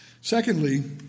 Secondly